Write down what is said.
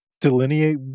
Delineate